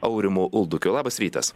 aurimu uldokiu labas rytas